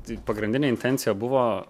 tai pagrindinė intencija buvo